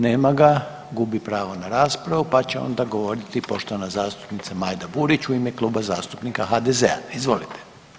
Nema ga, gubi pravo na raspravu, pa će onda govoriti poštovana zastupnica Majda Burić u ime Kluba zastupnika HDZ-a, izvolite.